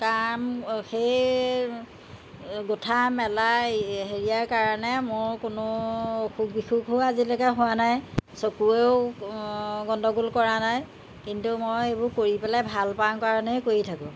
কাম সেই গুঠা মেলাই হেৰিয়াৰ কাৰণে মোৰ কোনো অসুখ বিসুখো আজিলৈকে হোৱা নাই চকুৱেও গণ্ডগোল কৰা নাই কিন্তু মই এইবোৰ কৰি পেলাই ভাল পাওঁ কাৰণেই কৰি থাকোঁ